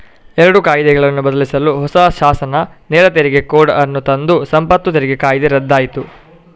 ಎರಡು ಕಾಯಿದೆಗಳನ್ನು ಬದಲಿಸಲು ಹೊಸ ಶಾಸನ ನೇರ ತೆರಿಗೆ ಕೋಡ್ ಅನ್ನು ತಂದು ಸಂಪತ್ತು ತೆರಿಗೆ ಕಾಯ್ದೆ ರದ್ದಾಯ್ತು